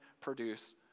produce